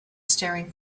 staring